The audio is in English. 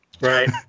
right